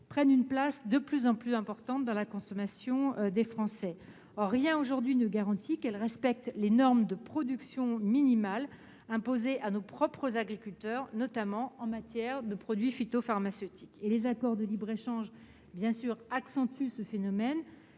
prennent une place de plus en plus importante dans la consommation des Français. Or rien aujourd'hui ne garantit qu'elles respectent les normes de production minimales imposées à nos propres agriculteurs, notamment en matière de produits phytopharmaceutiques. En outre, les accords de libre-échange accentuent ce phénomène,